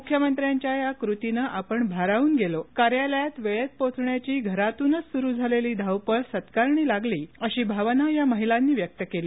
मुख्यमंत्र्यांच्या या कृतीनं आपण भारावून गेलो कार्यालयात वेळेत पोहोचण्याची घरातूनच सुरू झालेली धावपळ सत्कारणी लागली अशी भावना या महिलांनी व्यक्त केली